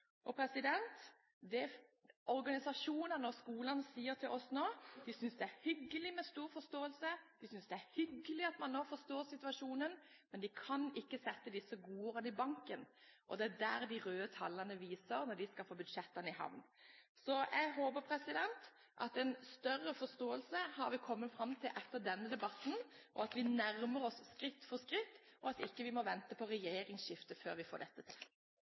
Organisasjonene og skolene sier nå til oss at de synes det er hyggelig med stor forståelse, de synes det er hyggelig at man forstår situasjonen, men de kan ikke sette disse godordene i banken, og det er der de røde tallene vises når de skal få budsjettene i havn. Jeg håper at vi etter denne debatten har kommet fram til en større forståelse, og at vi nærmer oss skritt for skritt, slik at vi ikke må vente på et regjeringsskifte før vi får dette til.